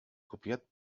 copiat